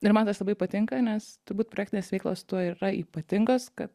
ir man tas labai patinka nes turbūt projektinės veiklos tuo ir yra ypatingas kad